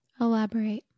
Elaborate